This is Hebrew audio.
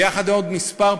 ויחד עם עוד כמה פרויקטים,